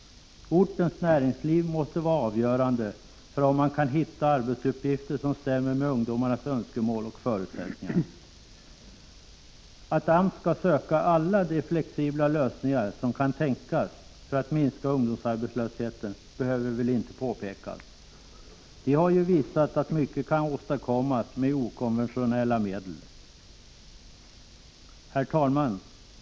Ortens näringsliv måste vara avgörande för om man kan hitta arbetsuppgifter som stämmer överens med ungdomarnas önskemål och förutsättningar. Att AMS skall söka alla de flexibla lösningar för att minska ungdomsarbetslösheten som kan tänkas behöver väl inte påpekas. Man har ju visat att mycket kan åstadkommas med okonventionella medel. Herr talman!